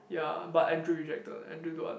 ya but Andrew rejected Andrew don't want